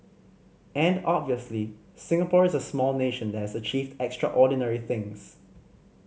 and obviously Singapore is a small nation that has achieved extraordinary things